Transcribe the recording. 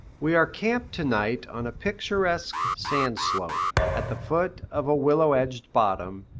we are camped to-night on a picturesque sand-slope, at the foot of a willow-edged bottom,